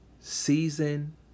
season